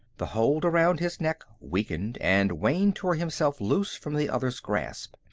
the hold around his neck weakened, and wayne tore himself loose from the other's grasp.